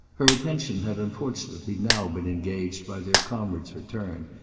her attention had unfortunately now been engaged by their comrade's return,